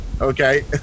Okay